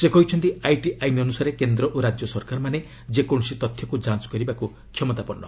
ସେ କହିଛନ୍ତି ଆଇଟି ଆଇନ୍ ଅନୁସାରେ କେନ୍ଦ୍ର ଓ ରାଜ୍ୟ ସରକାରମାନେ ଯେକୌଣସି ତଥ୍ୟକୁ ଯାଞ୍ଚ କରିବାକୁ କ୍ଷମତାପନ୍ଧ